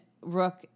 rook